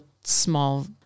small